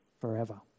forever